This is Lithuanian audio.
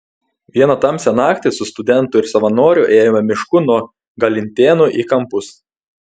vieną tamsią naktį su studentu ir savanoriu ėjome mišku nuo galintėnų į kampus